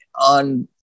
on